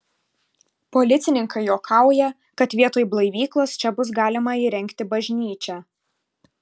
policininkai juokauja kad vietoj blaivyklos čia bus galima įrengti bažnyčią